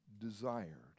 desired